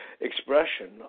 expression